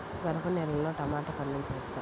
గరపనేలలో టమాటా పండించవచ్చా?